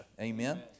amen